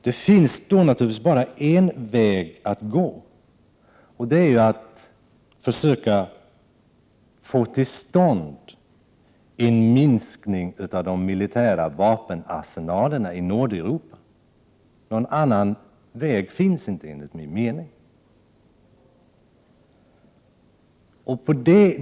Det finns naturligtvis bara en väg att gå, och det är att försöka få till stånd en minskning av de militära vapenarsenalerna i Nordeuropa. Någon annan väg finns inte enligt min mening.